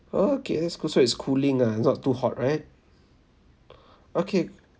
okay that's cool so it's cooling ah not too hot right okay